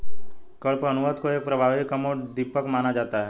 कडपहनुत को एक प्रभावी कामोद्दीपक माना जाता है